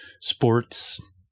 sports